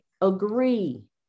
agree